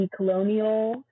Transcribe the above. decolonial